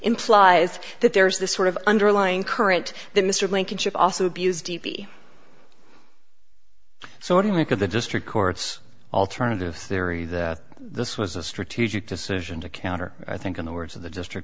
implies that there's this sort of underlying current that mr lincoln should also be used so unlike of the district courts alternative theory that this was a strategic decision to counter i think in the words of the district